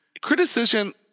criticism